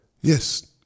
yes